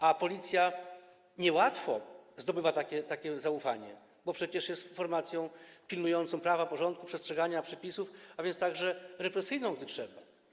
A Policja niełatwo zdobywa takie zaufanie, bo przecież jest formacją pilnującą prawa, porządku, przestrzegania przepisów, a więc także represyjną, gdy trzeba.